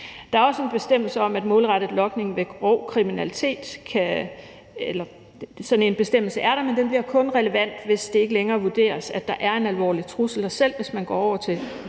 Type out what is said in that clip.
Der er også en bestemmelse om målrettet logning ved grov kriminalitet, men den bliver kun relevant, hvis det ikke længere vurderes, at der er en alvorlig trussel. Og selv hvis man går over til